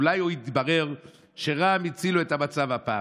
אולי עוד יתברר שרע"מ הצילו את המצב הפעם,